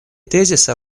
тезиса